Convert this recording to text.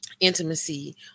intimacy